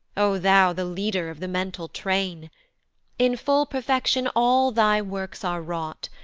o thou the leader of the mental train in full perfection all thy works are wrought,